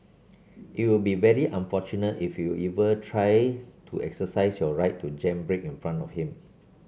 it will be very unfortunate if you ever try to exercise your right to jam brake in front of him